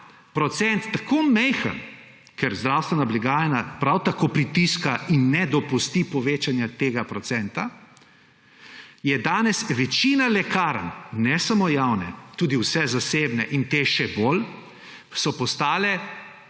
odstotek tako majhen, ker zdravstvena blagajna prav tako pritiska in ne dopusti povečanja tega odstotka, je danes večina lekarn, ne samo javne, tudi vse zasebne, in te še bolj, postala